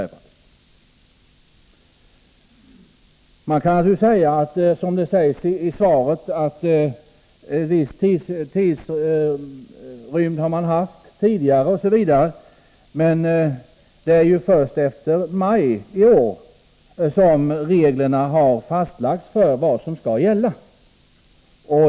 Man kan naturligtvis säga, som kommunikationsministern gör i sitt svar, att dessa frågor redan diskuterats under viss tid, men det är ju först efter maj månad i år som reglerna har fastlagts för vad som skall gälla.